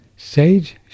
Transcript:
Sage